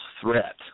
Threat